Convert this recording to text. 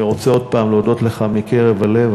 אני רוצה עוד פעם להודות לך מקרב הלב.